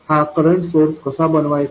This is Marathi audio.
हा करंट सोर्स कसा बनवायचा